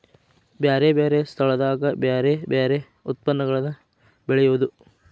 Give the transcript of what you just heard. ಬ್ಯಾರೆ ಬ್ಯಾರೆ ಸ್ಥಳದಾಗ ಬ್ಯಾರೆ ಬ್ಯಾರೆ ಯತ್ಪನ್ನಗಳನ್ನ ಬೆಳೆಯುದು